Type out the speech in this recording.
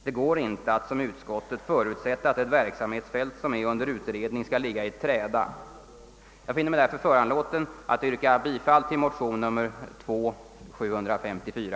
Det går inte att — som utskottet gör — förutsätta att ett verksamhetsfält som är under utredning skall ligga i träda. Jag finner mig därför föranlåten att yrka bifall till motionen II: 754.